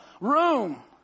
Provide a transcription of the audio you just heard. room